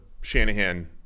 Shanahan